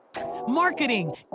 marketing